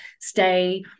stay